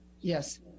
yes